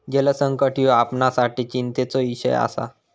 जलसंकट ह्यो आपणासाठी चिंतेचो इषय आसा